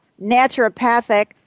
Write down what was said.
naturopathic